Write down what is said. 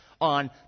on